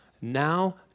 now